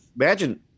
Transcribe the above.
imagine